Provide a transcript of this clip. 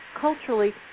culturally